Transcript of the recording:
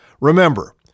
Remember